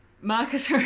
Marcus